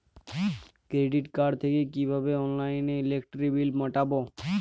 Credit card থেকে কিভাবে অনলাইনে ইলেকট্রিক বিল মেটাবো?